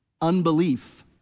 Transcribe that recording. Unbelief